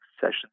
sessions